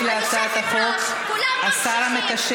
כולם ממשיכים ישיב על הצעת החוק השר המקשר